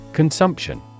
Consumption